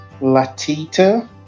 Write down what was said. Latita